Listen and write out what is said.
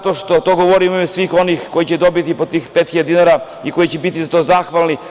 To govorim u ime svih onih koji će dobiti po tih 5.000 dinara i koji će biti za to zahvalni.